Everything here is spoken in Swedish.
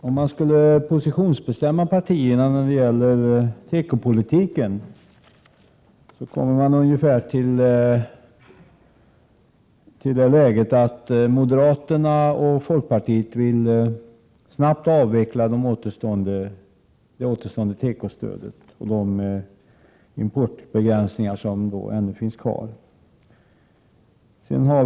: Om man försöker positionsbestämma partierna i deras tekopolitik, kommer man till slutsatsen att moderaterna och folkpartiet snabbt vill avveckla det kvarstående tekostödet och de importbegränsningar som ännu gäller.